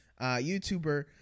YouTuber